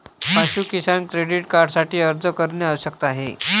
पाशु किसान क्रेडिट कार्डसाठी अर्ज करणे आवश्यक आहे